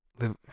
live